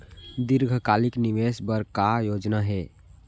दीर्घकालिक निवेश बर का योजना हे?